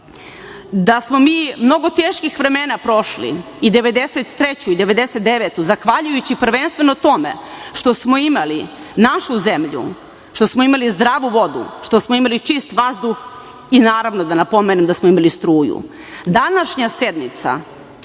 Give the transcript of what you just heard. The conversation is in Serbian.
da smo mi mnogo teških vremena prošli i 1993. godinu i 1999. godinu zahvaljujući prvenstveno tome što smo imali našu zemlju, što smo imali zdravu vodu, što smo imali čist vazduh i naravno, da napomenem, da smo imali struju, današnja sednica